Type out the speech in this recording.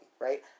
right